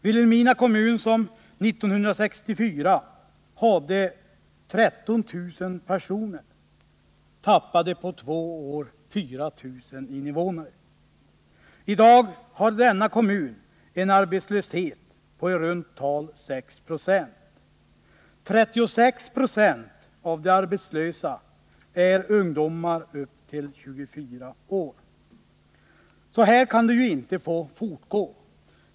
Vilhelmina kommun, som 1964 hade 13 000 invånare, tappade på två år 4000 invånare. I dag har denna kommun en arbetslöshet på i runt tal 6 96.36 26 av de arbetslö till 24 år. Så här kan det ju inte få fortgå.